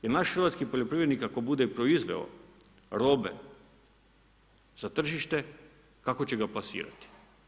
Jer naš hrvatski poljoprivrednik ako bude proizveo robe za tržište, kako će ga plasirati?